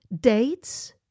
Dates